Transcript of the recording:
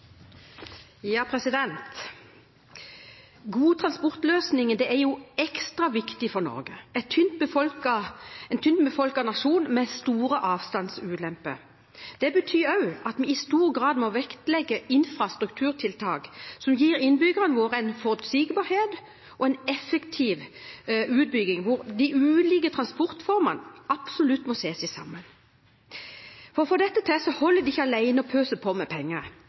transportløsninger er ekstra viktig for Norge, en tynt befolket nasjon med store avstandsulemper. Det betyr også at vi i stor grad må vektlegge infrastrukturtiltak som gir innbyggerne våre forutsigbarhet, og som gir en effektiv utbygging hvor de ulike transportformene absolutt må ses i sammenheng. For å få dette til holder det ikke alene å pøse på med penger.